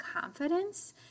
confidence